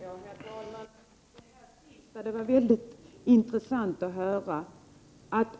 Herr talman! Det sista var mycket intressant att höra,